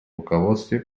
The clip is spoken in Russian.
руководстве